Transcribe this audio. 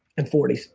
and forty s.